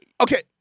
Okay